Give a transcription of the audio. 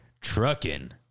Trucking